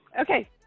Okay